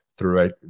Throughout